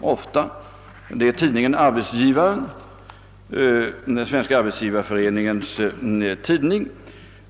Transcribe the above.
ofta läser, nämligen Svenska arbetsgivareföreningens tidning Arbetsgivaren.